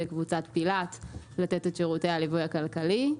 וקבוצת פילת לתת את שירותי הליווי הכלכלי.